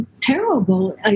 terrible